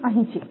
તે અહીં છે